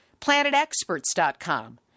PlanetExperts.com